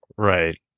Right